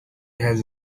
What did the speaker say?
has